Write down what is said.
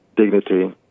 dignity